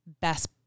best